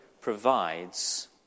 provides